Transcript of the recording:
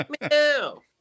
meow